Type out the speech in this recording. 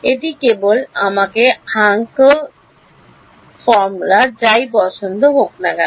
এটি কেবল আমার হান্কেল যাই পছন্দ হোক না কেন